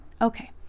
Okay